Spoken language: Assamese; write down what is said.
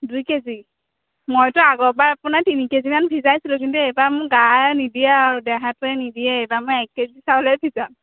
দুই কেজি মইটো আগৰবাৰ আপোনাৰ তিনি কেজি মান ভিজাইছিলোঁ কিন্তু এইবাৰ মোৰ গায়ে নিদিয়ে আৰু দেহাটোৱে নিদিয়ে এইবাৰ মই এককেজি চাউলেই ভিজাম